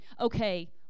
Okay